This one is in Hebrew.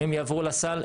אם הם יעברו לסל,